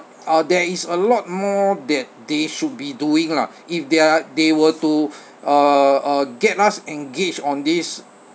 uh there is a lot more that they should be doing lah if they're they were to uh uh get us engaged on this